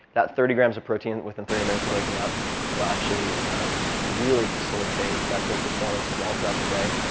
that thirty grams of protein within thirty minutes of waking up will actually really facilitate mental performance, as well, throughout the day.